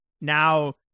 now